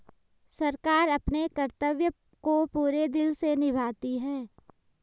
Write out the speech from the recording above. सरकार अपने कर्तव्य को पूरे दिल से निभाती है